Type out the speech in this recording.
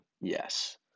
yes